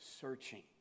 searching